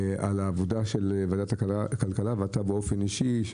על עבודת ועדת הכלכלה ושלך באופן אישי.